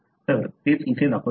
तर तेच इथे दाखवले आहे